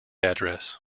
address